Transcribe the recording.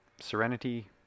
Serenity